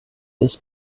this